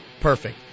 perfect